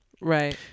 Right